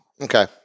Okay